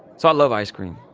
so, i love ice cream.